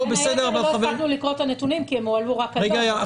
עוד לא הספקנו לקרוא את הנתונים כי הם הועלו רק היום.